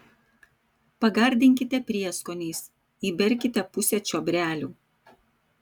pagardinkite prieskoniais įberkite pusę čiobrelių